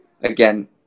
Again